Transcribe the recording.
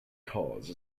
cause